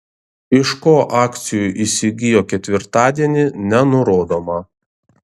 iš ko akcijų įsigijo ketvirtadienį nenurodoma